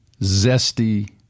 zesty